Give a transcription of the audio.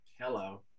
Hello